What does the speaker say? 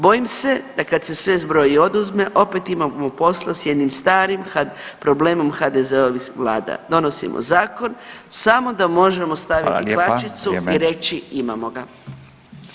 Bojim se da kad se sve zbroji i oduzme opet imamo posla s jednim starom problemom HDZ-ovih vlada, donosimo zakon samo da možemo staviti kvačicu i [[Upadica: Hvala lijepa, vrijeme.]] reći imamo ga.